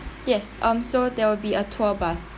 yes um so there will be a tour bus